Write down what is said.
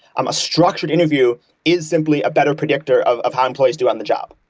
um a structured interview is simply a better predictor of of how employees do on the job.